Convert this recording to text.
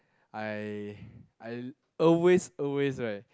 I I always always right